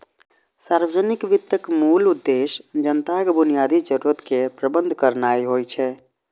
सार्वजनिक वित्तक मूल उद्देश्य जनताक बुनियादी जरूरत केर प्रबंध करनाय होइ छै